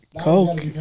Coke